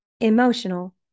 emotional